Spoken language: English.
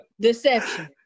deception